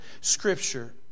Scripture